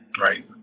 right